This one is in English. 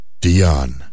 Dion